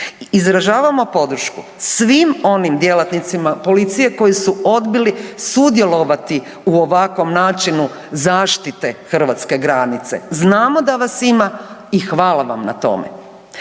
Izražavamo podršku svim onim djelatnicima policije koji su odbili sudjelovati u ovakvom načinu zaštite hrvatske granice, znamo da vas ima i hvala vam na tome.